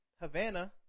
Havana